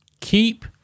Keep